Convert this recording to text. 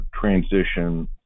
transition